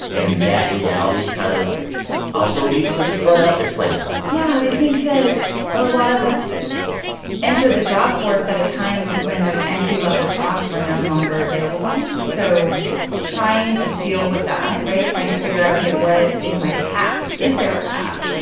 and that reality kind of also leads to this burnout. explain that yeah. i think that a lot of us entered the job force at a time when those entry-level jobs were no longer available. so trying to deal with that right? trying to figure out, ok, what is my path? is there a path?